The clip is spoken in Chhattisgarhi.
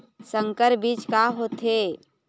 संकर बीज का होथे?